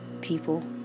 people